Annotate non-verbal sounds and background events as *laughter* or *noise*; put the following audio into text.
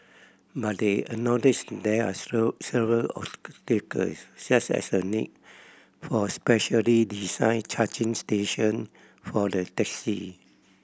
but they acknowledged there are *unintelligible* several *unintelligible* such as the need for specially designed charging station for the taxi